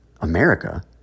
America